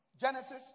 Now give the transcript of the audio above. Genesis